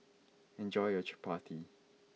enjoy your Chapati